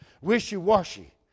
wishy-washy